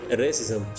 racism